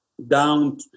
Down